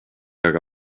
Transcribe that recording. aga